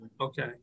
okay